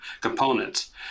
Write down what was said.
components